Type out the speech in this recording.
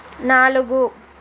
నాలుగు